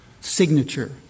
signature